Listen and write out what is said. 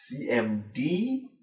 CMD